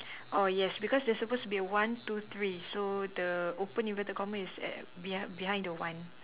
oh yes there's supposed to be one two three so the open inverted comma is at be behind the one